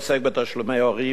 העוסק בתשלומי הורים,